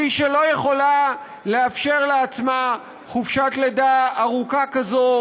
מי שלא יכולה לאפשר לעצמה חופשת לידה ארוכה כזו